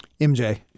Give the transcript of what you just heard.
MJ